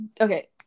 okay